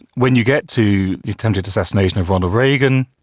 when you get to the attempted assassination of ronald reagan,